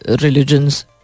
Religions